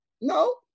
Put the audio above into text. No